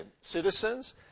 citizens